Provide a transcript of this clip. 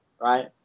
Right